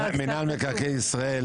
מינהל מקרקעי ישראל